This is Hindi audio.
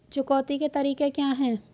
चुकौती के तरीके क्या हैं?